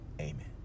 Amen